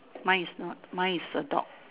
mine is not mine is a dog